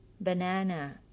banana